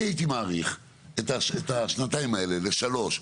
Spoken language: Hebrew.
אני הייתי מאריך את השנתיים האלה לשלוש,